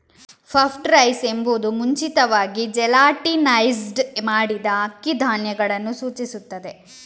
puffed rice ಎಂಬುದು ಮುಂಚಿತವಾಗಿ gelatinised ಮಾಡಿದ ಅಕ್ಕಿ ಧಾನ್ಯಗಳನ್ನು ಸೂಚಿಸುತ್ತದೆ